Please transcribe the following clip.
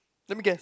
let me guess